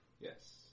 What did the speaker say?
Yes